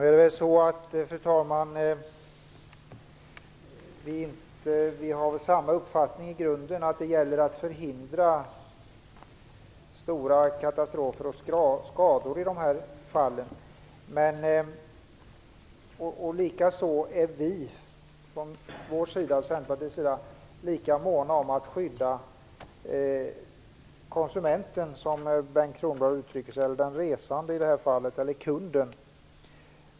Fru talman! Vi har samma uppfattning i grunden, att det gäller att förhindra stora katastrofer och skador i dessa fall. Likaså är vi från Centerpartiets sida måna om att skydda konsumenten, som Bengt Kronblad uttrycker sig - i detta fall den resande eller kunden.